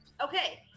Okay